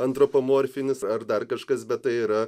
antropomorfinis ar dar kažkas bet tai yra